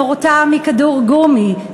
נורתה מכדור גומי,